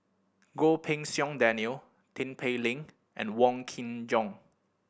Goh Pei Siong Daniel Tin Pei Ling and Wong Kin Jong